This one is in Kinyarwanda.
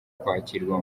kwakirwa